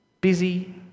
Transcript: Busy